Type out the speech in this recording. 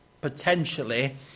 potentially